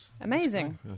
Amazing